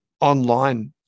online